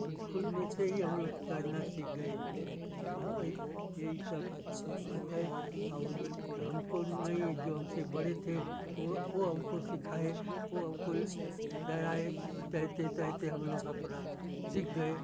school में से ही हम लोग तैरना सीख गए हाँ यही यही सब बात है हम हमको नहीं जो हम से बड़े थे वह वह हमको सिखाए वह हमको तैराए तैरते तैरते हम लोग अपना सीख गए